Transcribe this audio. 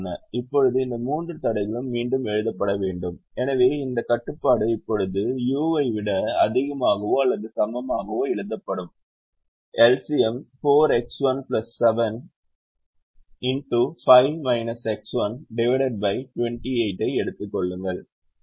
இப்போது இந்த மூன்று தடைகளும் மீண்டும் எழுதப்பட வேண்டும் எனவே இந்த கட்டுப்பாடு இப்போது u ஐ விட அதிகமாகவோ அல்லது சமமாகவோ எழுதப்படும் LCM 4X1 7 x 28 ஐ எடுத்துக் கொள்ளுங்கள்